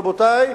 רבותי,